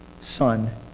Son